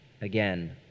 Again